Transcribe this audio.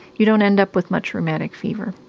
you don't end up with much rheumatic fever.